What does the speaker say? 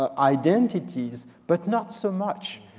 ah identities. but not so much.